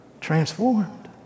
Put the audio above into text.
Transformed